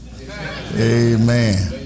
Amen